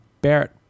Barrett